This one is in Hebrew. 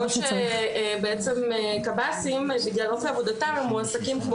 בעוד שבעצם קב"סים בגלל אופי עבודתם מועסקים כמו